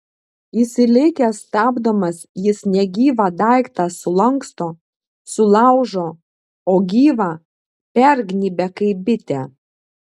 įsilėkęs stabdomas jis negyvą daiktą sulanksto sulaužo o gyvą pergnybia kaip bitę